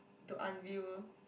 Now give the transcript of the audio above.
to unveil